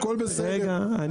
הכול בסדר.